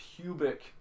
pubic